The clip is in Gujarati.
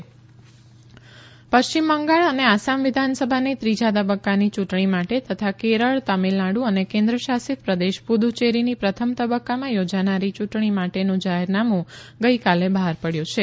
યુંટણી પશ્ચિમ બંગાળ અને આસામ વિધાનસભાની ત્રીજા તબક્કાની ચૂંટણી માટે તથા કેરળ તમિળનાડુ અને કેન્દ્ર શાસિત પ્રદેશ પુદુચેરીની પ્રથમ તબક્કામાં યોજાનારી યૂંટણી માટેનું જાહેરનામું ગઇકાલે બહાર પડ્યું છે